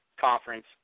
conference